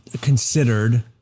considered